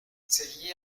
seguí